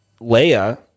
Leia